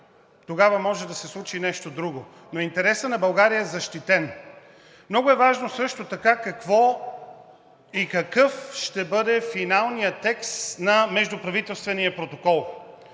тогава може да се случи и нещо друго. Но интересът на България е защитен. Много е важно какво и какъв ще бъде финалният текст на междуправителствения протокол,